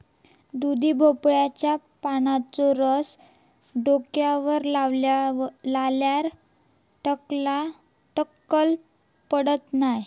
दुधी भोपळ्याच्या पानांचो रस डोक्यावर लावल्यार टक्कल पडत नाय